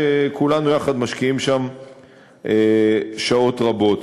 וכולנו יחד משקיעים שם שעות רבות.